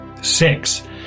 Six